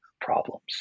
problems